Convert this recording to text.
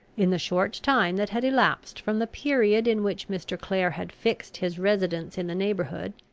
in the short time that had elapsed from the period in which mr. clare had fixed his residence in the neighbourhood,